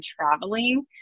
traveling